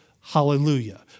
hallelujah